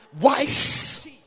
wise